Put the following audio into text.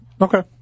Okay